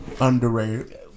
Underrated